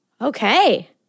Okay